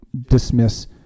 dismiss